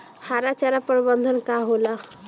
हरा चारा प्रबंधन का होला?